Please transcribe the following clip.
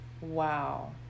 Wow